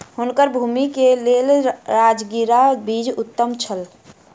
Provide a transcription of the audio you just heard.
हुनकर भूमि के लेल राजगिरा बीज उत्तम छल